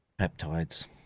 peptides